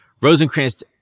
Rosencrantz